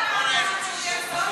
אני לא חוזר בי.